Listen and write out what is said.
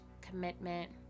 commitment